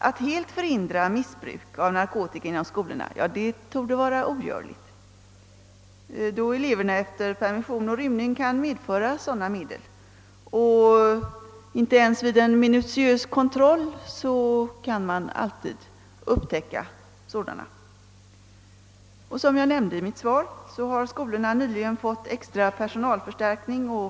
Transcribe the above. Att helt förhindra missbruk av narkotika inom skolorna torde vara ogörligt, då eleverna efter permission och rymning kan medföra sådana medel och man inte ens vid en minutiös kontroll alltid kan upptäcka dessa. I mitt svar nämnde jag också att skolorna nyligen har fått en extra personalförstärkning.